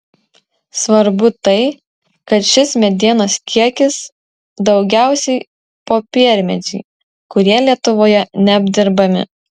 svarbu tai kad šis medienos kiekis daugiausiai popiermedžiai kurie lietuvoje neapdirbami